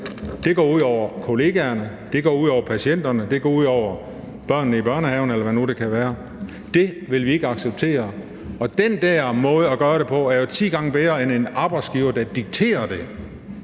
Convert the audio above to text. det går ud over børnene i børnehaven, eller hvor det nu kan være; det vil vi ikke acceptere. Den måde at gøre det på er jo ti gange bedre end en arbejdsgiver, der dikterer det.